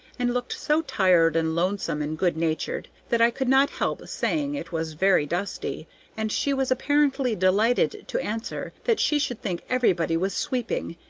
and looked so tired and lonesome and good-natured, that i could not help saying it was very dusty and she was apparently delighted to answer that she should think everybody was sweeping,